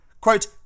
Quote